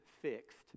fixed